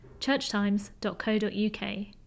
churchtimes.co.uk